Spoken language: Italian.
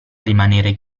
rimanere